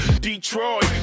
Detroit